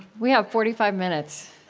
we have forty five minutes,